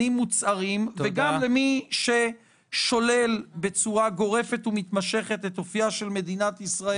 היום כ"ח בכסלו התשפ"ג, 22 בדצמבר